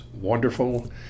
wonderful